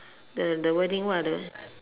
the the wording what are the